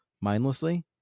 mindlessly